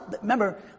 Remember